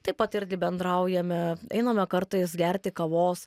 taip pat irgi bendraujame einame kartais gerti kavos